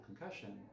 concussion